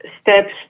steps